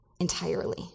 entirely